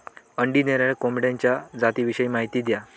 अंडी देणाऱ्या कोंबडीच्या जातिविषयी माहिती द्या